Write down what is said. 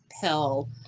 pill